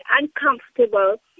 uncomfortable